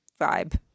vibe